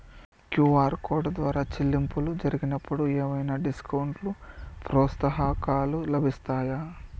QR code ద్వారా చెల్లింపులు జరిగినప్పుడు ఏవైనా డిస్కౌంట్ లు, ప్రోత్సాహకాలు లభిస్తాయా?